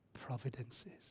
Providences